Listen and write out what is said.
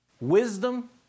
wisdom